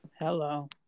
Hello